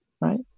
right